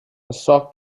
açò